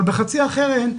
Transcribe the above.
אבל בחצי האחר אין,